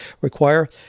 require